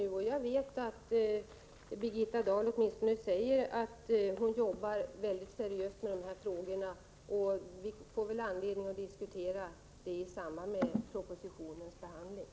Birgitta Dahl säger åtminstone att hon arbetar mycket seriöst med dessa frågor, och vi får väl anledning att diskutera dem i samband med propositionens behandling.